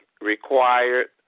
required